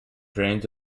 drains